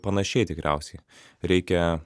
panašiai tikriausiai reikia